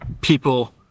people